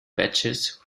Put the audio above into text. badges